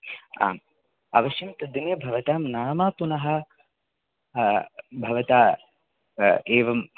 आम् अवश्यं तद्दिने भवतां नाम पुनः भवता एवं